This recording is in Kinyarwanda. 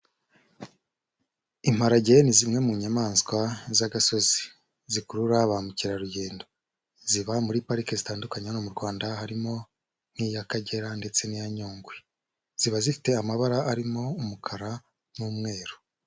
Imparage ni zimwe mu nyamaswa z'agasozi. Zikurura ba mukerarugendo. Ziba muri Pariki zitandukanye hano mu Rwanda, harimo: nk'iy'Akagera ndetse n'iya Nyungwe. Ziba zifite amabara arimo umukara n'umweru.